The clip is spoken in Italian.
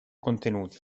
contenuti